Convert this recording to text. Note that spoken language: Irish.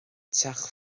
teach